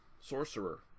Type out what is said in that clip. Sorcerer